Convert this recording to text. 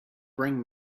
bring